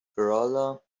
kerala